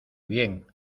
bien